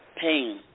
pain